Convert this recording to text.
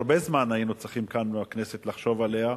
לפני הרבה זמן היינו צריכים כאן בכנסת לחשוב עליה.